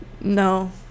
No